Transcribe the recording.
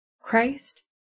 Christ